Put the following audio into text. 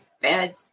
bad